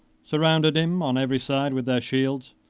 surrounded him on every side with their shields,